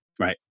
Right